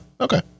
okay